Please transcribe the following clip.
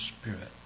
spirit